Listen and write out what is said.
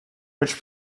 which